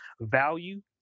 value